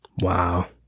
wow